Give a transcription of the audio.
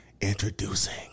Introducing